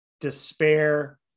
despair